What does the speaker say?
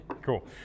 Cool